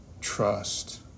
Trust